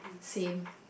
same